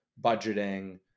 budgeting